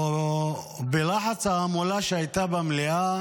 ובלחץ ההמולה שהייתה במליאה